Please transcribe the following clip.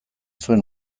zuen